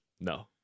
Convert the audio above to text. No